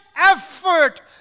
effort